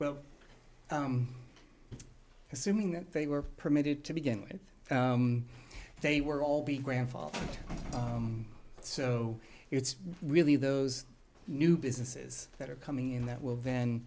well assuming that they were permitted to begin with they were all be grandfathered so it's really those new businesses that are coming in that will